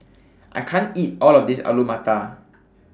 I can't eat All of This Alu Matar